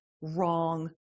wrong